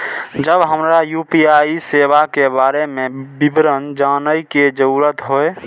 जब हमरा यू.पी.आई सेवा के बारे में विवरण जानय के जरुरत होय?